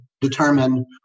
determine